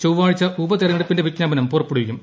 ചൊവ്വാഴ്ച ഉപതെരഞ്ഞെടുപ്പിന്റെ വിജ്ഞാപനം പുറപ്പെടു വിക്കും